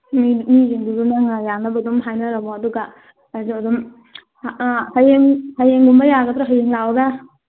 ꯎꯝ ꯃꯤꯁꯤꯡꯗꯨ ꯃꯤꯁꯤꯡꯗꯨꯗ ꯅꯪꯅ ꯑꯗꯨꯝ ꯌꯥꯅꯕ ꯍꯥꯏꯅꯔꯝꯃꯣ ꯑꯗꯨꯒ ꯑꯩꯁꯨ ꯑꯗꯨꯝ ꯍꯌꯦꯡ ꯍꯌꯦꯡꯒꯨꯝꯕ ꯌꯥꯒꯗ꯭ꯔꯥ ꯍꯌꯦꯡ ꯂꯥꯛꯎꯔꯥ